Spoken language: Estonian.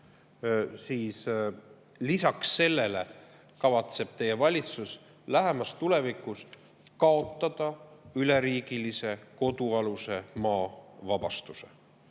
Lisaks sellele kavatseb teie valitsus lähemas tulevikus kaotada üleriigilise kodualuse maa [maksu]vabastuse